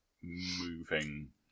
moving